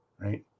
right